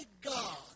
God